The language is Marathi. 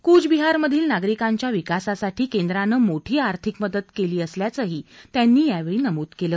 कुच बिहारमधील नागरिकांच्या विकासासाठी केंद्रानं मोठी आर्थिक मदत केली असल्याचं त्यांनी यावेळी नमुद केलं